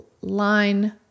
line